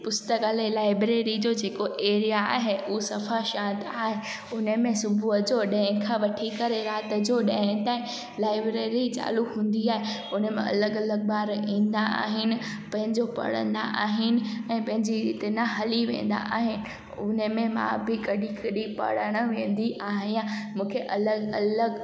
पुस्तकालय लाइब्रेरी जो जेको एरिया आहे उहो सफ़ा शांत आहे हुन में सुबुह जो ॾहें खां वठी करे राति जो ॾहें ताईं लाएब्रेरी चालू हूंदी आहे हुन में अलॻि अलॻि ॿार ईंदा आहिनि पंहिंजो पढ़ंदा आहिनि ऐं पंहिंजी हिते न हली वेंदा आहिनि हुन में मां बि कॾहिं कॾहिं पढ़ण वेंदी आहियां मूंखे अलॻि अलॻि